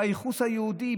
בייחוס היהודי,